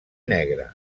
negre